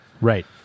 Right